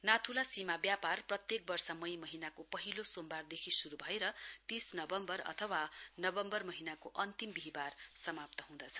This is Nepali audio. नाथुला सीमा व्यापार प्रत्येक वर्ष मई महिनाको पहिलो सोमबारदेखि शुरु भएर तीन नबम्बर अथवा नबम्बर महीनाको अन्तिम बिहीबार समाप्त हुँदछ